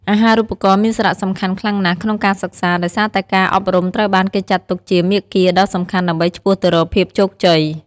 អាហារូបករណ៍មានសារៈសំខាន់ខ្លាំងណាស់ក្នុងការសិក្សា ដោយសារតែការអប់រំត្រូវបានគេចាត់ទុកជាមាគ៌ាដ៏សំខាន់ដើម្បីឆ្ពោះទៅរកភាពជោគជ័យ។